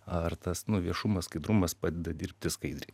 ar tas viešumas skaidrumas padeda dirbti skaidriai